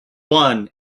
won